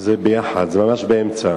זה ביחד, זה ממש באמצע.